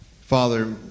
Father